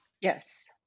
Yes